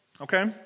Okay